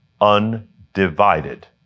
undivided